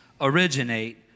originate